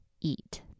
eat